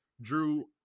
Drew